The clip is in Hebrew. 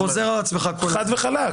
חד וחלק.